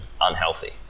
unhealthy